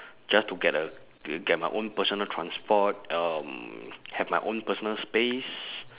just to get a get my own personal transport um have my own personal space